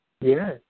Yes